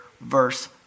verse